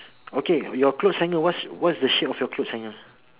okay your clothes hanger what's what's is the shape of your clothes hanger